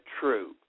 true